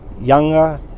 younger